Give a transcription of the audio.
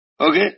Okay